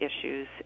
issues